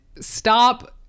Stop